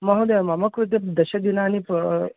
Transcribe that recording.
महोदय मम कृते दशदिनानि प